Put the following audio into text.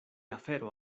afero